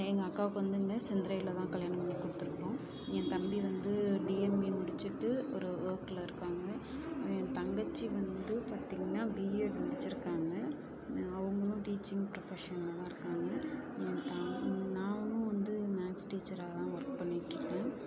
எங்கள் அக்காவுக்கு வந்து இங்கே செந்துறையில் தான் கல்யாணம் பண்ணி கொடுத்துருக்கறோம் என் தம்பி வந்து டிஎம்இ முடுச்சுட்டு ஒரு ஒர்க்கில் இருக்காங்க என் தங்கச்சி வந்து பார்த்திங்கனா பிஏட் முடிச்சுருக்காங்க அவங்களும் டீச்சிங் ப்ரொஃபெஷனில் தான் இருக்காங்க தான் நானும் வந்து மேக்ஸ் டீச்சகராக தான் ஒர்க் பண்ணிட்டுருக்கேன்